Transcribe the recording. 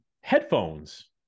Headphones